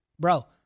Bro